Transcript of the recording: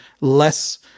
less-